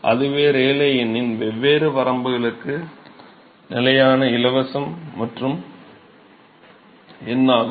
அதுவே ரேலே எண்ணின் வெவ்வேறு வரம்புகளுக்கு நிலையான இலவசம் மற்றும் n ஆகும்